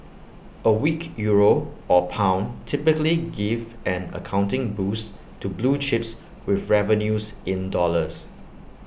A weak euro or pound typically give an accounting boost to blue chips with revenues in dollars